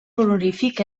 honorífic